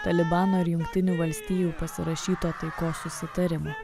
talibano ir jungtinių valstijų pasirašyto taikos susitarimo